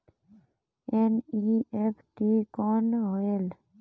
NEFT कौन होएल?